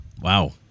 Wow